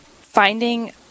finding